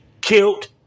killed